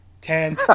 Ten